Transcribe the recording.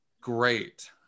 great